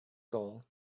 goal